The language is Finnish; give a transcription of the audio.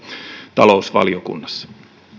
talousvaliokunnassa